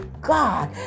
God